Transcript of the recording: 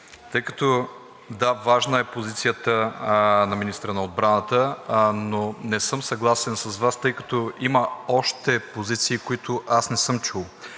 тъй като – да, важна е позицията на министъра на отбраната, но не съм съгласен с Вас, тъй като има още позиции, които аз не съм чул.